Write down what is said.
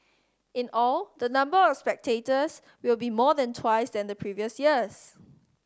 in all the number of spectators will be more than twice then the previous years